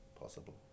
possible